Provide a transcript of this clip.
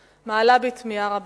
מעלה בי תמיהה רבה.